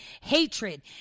hatred